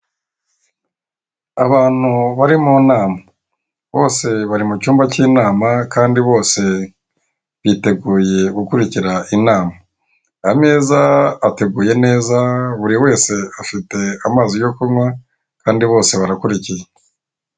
Abantu bari mu nama bose bari mu cyumba cy'inama kandi bose biteguye gukurikira inama, ameza ateguye neza buri wese afite amazi yo kunywa kandi bose barakurikiye.